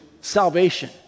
Salvation